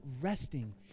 resting